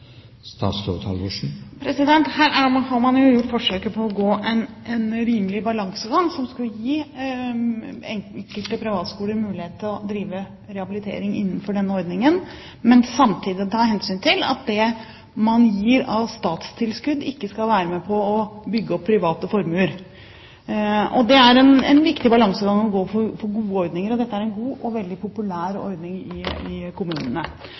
Her har man gjort et forsøk på å gå en rimelig balansegang som skulle gi enkelte privatskoler mulighet til å drive rehabilitering innenfor denne ordningen, men samtidig ta hensyn til at det man gir av statstilskudd, ikke skal være med på å bygge opp private formuer. Det er en viktig balansegang å gå for å få gode ordninger, og dette er en god og veldig populær ordning i kommunene.